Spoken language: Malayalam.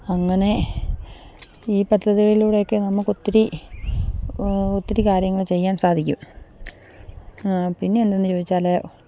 അങ്ങനെ ഈ പദ്ധതികളിലൂടെയൊക്കെ നമുക്കൊത്തിരി ഒത്തിരി കാര്യങ്ങൾ ചെയ്യാൻ സാധിക്കും പിന്നെ എന്തെന്നു ചോദിച്ചാൽ